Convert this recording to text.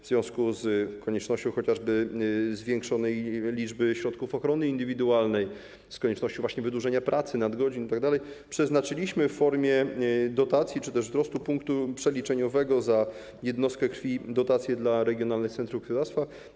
W związku z koniecznością chociażby zwiększonej liczby środków ochrony indywidualnej, z koniecznością wydłużenia pracy, nadgodzin itd. przeznaczyliśmy w formie dotacji czy też wzrostu punktu przeliczeniowego za jednostkę krwi dotacje dla regionalnych centrów krwiodawstwa.